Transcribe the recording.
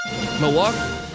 Milwaukee